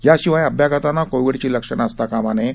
याशिवाय अभ्यागतांना कोविडची लक्षणं असता कामा नये